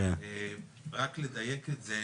330ח(ב)(2).